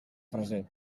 freser